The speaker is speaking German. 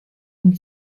den